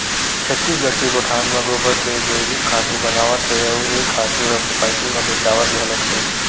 छत्तीसगढ़ के गोठान म गोबर के जइविक खातू बनावत हे अउ ए खातू ह सुसायटी म बेचावत घलोक हे